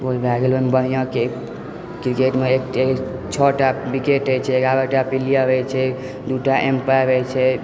ball भए गेल ओहिमे बढ़िआँ क्रिकेटमे छओ टा विकेट होइत छै एगारह टा प्लेयर रहए छै दू टा अम्पायर रहै छै